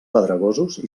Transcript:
pedregosos